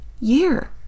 year